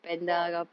oh